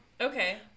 Okay